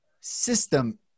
system